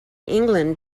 england